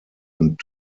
und